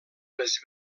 les